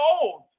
old